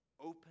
Open